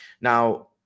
Now